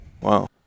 Wow